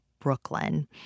Brooklyn